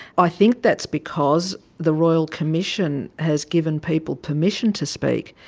i think that's because the royal commission has given people permission to speak.